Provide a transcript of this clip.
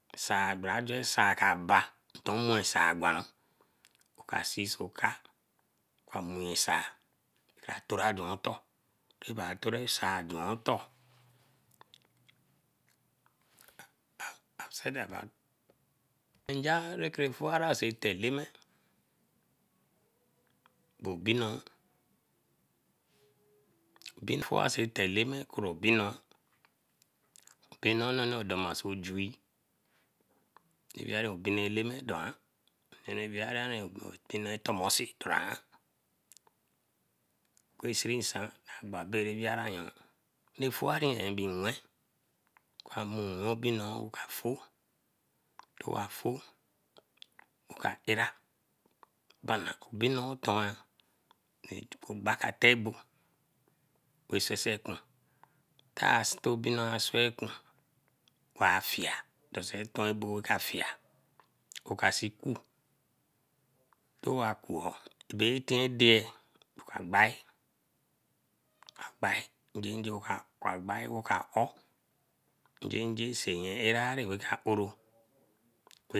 Sai gbaranju sai ka ban tomo sai gwanran oka si so eka, ka moe asai, kara towa juen otoh nja rake furah sai eta eleme bo obinoo, obinoo nona doma sojie eh weeriye obinoo eleme doan, onee eh weeriye obinoo thomasee doan. OKun sirin nsan bae agb abbey bae weerie ayon. Ra fuary endiry wen obinoor oo ka foe, towo foe, oka era bana. Bino towa ngba ka te abo wey sese kun afie sai ton abo a fie. Oka si coo towa coo, e tien deye oka gbae, agbae injo raka oor jenjenseyen arari raka oro.